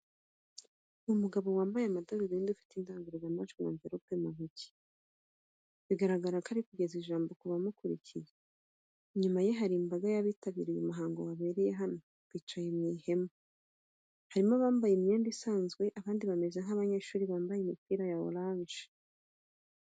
Ni umugabo wambaye amadarubindi ufite indangururamajwi n'amverope mu ntoki, bigaragara ko ari kugeza ijambo ku bamukurikiye. Inyuma ye hari imbaga y'abantu bitabiriye umuhango wabereye hano, bicaye mu ihema. Harimo abambaye imyenda isanzwe n'abandi bameze nk'abanyeshuri bambaye imipira ya oranje.